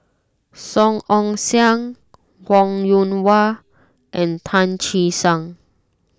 Song Ong Siang Wong Yoon Wah and Tan Che Sang